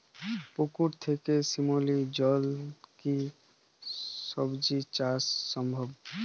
পুকুর থেকে শিমলির জলে কি সবজি চাষ সম্ভব?